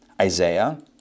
Isaiah